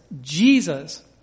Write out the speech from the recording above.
Jesus